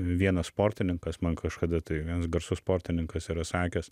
vienas sportininkas man kažkada tai vienas garsus sportininkas yra sakęs